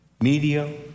Media